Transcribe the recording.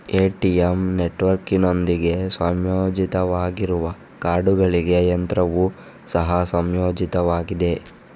ATM ನೆಟ್ವರ್ಕಿನೊಂದಿಗೆ ಸಂಯೋಜಿತವಾಗಿರುವ ಕಾರ್ಡುಗಳಿಗೆ ಯಂತ್ರವು ಸಹ ಸಂಯೋಜಿತವಾಗಿದೆ